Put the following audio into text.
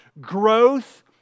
growth